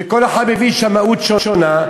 וכל אחד הביא שמאות שונה,